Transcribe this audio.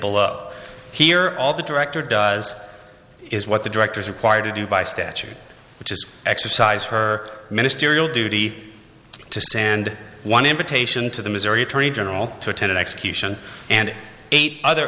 below here all the director does is what the director is required to do by statute which is exercise her ministerial duty to stand one invitation to the missouri attorney general to attend an execution and eight other